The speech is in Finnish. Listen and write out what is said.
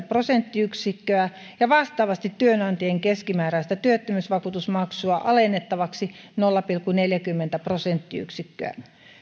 prosenttiyksikköä ja vastaavasti työnantajien keskimääräistä työttömyysvakuutusmaksua alennettavaksi nolla pilkku neljäkymmentä prosenttiyksikköä